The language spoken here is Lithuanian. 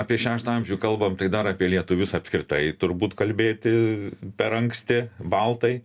apie šeštą amžių kalbam tai dar apie lietuvius apskritai turbūt kalbėti per anksti baltai